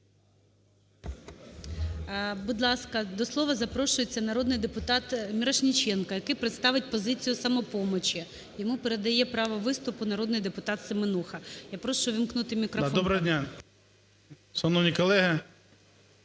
Доброго дня, шановні колеги.